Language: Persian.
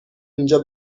اینجا